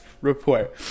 report